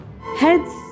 heads